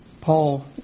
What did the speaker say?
Paul